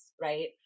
right